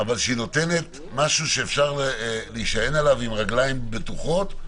אבל גם נותנת משהו שאפשר להישען עליו עם רגליים בטוחות,